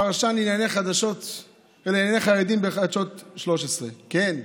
פרשן לענייני חרדים בחדשות 13. כן,